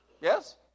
Yes